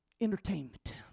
Entertainment